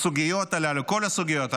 הסוגיות הללו,